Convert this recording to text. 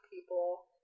people